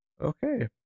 Okay